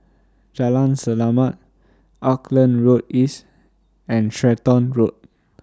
Jalan Selamat Auckland Road East and Stratton Road